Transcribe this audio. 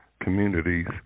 communities